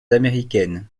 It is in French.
américaines